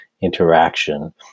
interaction